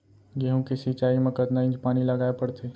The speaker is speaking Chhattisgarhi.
गेहूँ के सिंचाई मा कतना इंच पानी लगाए पड़थे?